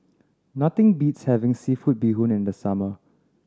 nothing beats having seafood bee hoon in the summer